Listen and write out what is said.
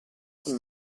con